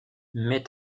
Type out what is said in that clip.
mais